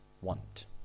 want